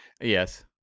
Yes